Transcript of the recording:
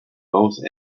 both